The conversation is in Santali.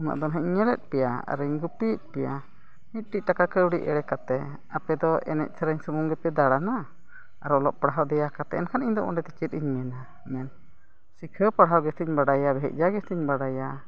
ᱩᱱᱟᱹᱜ ᱫᱚ ᱦᱟᱸᱜ ᱤᱧ ᱧᱮᱞᱮᱫ ᱯᱮᱭᱟ ᱟᱨᱤᱧ ᱜᱩᱯᱤᱭᱮᱫ ᱯᱮᱭᱟ ᱢᱤᱫᱴᱤᱡ ᱴᱟᱠᱟ ᱠᱟᱹᱣᱰᱤ ᱮᱲᱮ ᱠᱟᱛᱮᱫ ᱟᱯᱮ ᱫᱚ ᱮᱱᱮᱡ ᱥᱮᱨᱮᱧ ᱥᱩᱢᱩᱝ ᱜᱮᱯᱮ ᱫᱟᱬᱟᱱᱟ ᱟᱨ ᱚᱞᱚᱜ ᱯᱟᱲᱦᱟᱣ ᱫᱮᱭᱟ ᱠᱟᱛᱮᱫ ᱮᱱᱠᱷᱟᱱ ᱤᱧᱫᱚ ᱚᱸᱰᱮ ᱫᱚ ᱪᱮᱫ ᱤᱧ ᱢᱮᱱᱟ ᱥᱤᱠᱷᱟᱹᱣ ᱯᱟᱲᱦᱟᱣ ᱜᱮᱥᱮᱧ ᱵᱟᱲᱟᱭᱟ ᱵᱷᱮᱡᱟ ᱜᱮᱥᱮᱧ ᱵᱟᱲᱟᱭᱟ